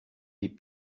les